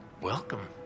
welcome